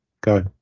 go